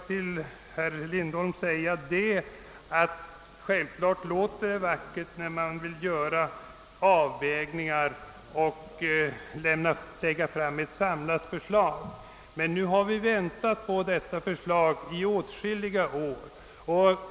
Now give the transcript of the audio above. Till herr Lindholm vill jag säga att det är klart att det låter vackert när man säger att man vill göra avvägningar och ta ställning till ett samlat förslag. Men nu har vi väntat i åtskilliga år på ett sådant förslag.